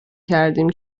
کردیم